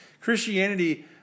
Christianity